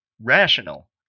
rational